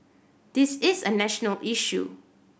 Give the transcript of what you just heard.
this is a national issue